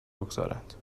بگذارند